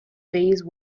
these